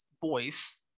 voice